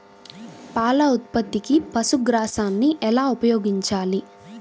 పాల ఉత్పత్తికి పశుగ్రాసాన్ని ఎలా ఉపయోగించాలి?